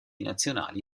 nazionali